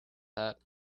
that